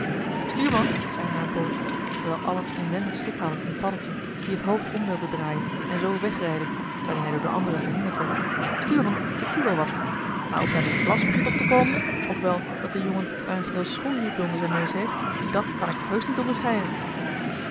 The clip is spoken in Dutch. stuurman zei hij na een poosje terwijl allen inwendig schik hadden in paddeltje die het hoofd om wilde draaien en zoo wegrijden waarin hij door de anderen verhinderd werd stuurman ik zie wel wat maar of daar nu vlas begint op te komen of wel dat de jongen daar een geel schoenriempie onder zijn neus heeft dat kan ik heusch niet onderscheiden